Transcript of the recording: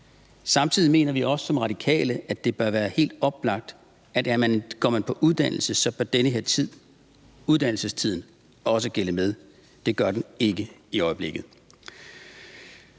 Samtidig mener vi også som Radikale, at det bør være helt oplagt, at går man på en uddannelse, bør den tid, uddannelsestiden, også tælle med. Det gør den ikke i øjeblikket.